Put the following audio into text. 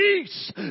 Peace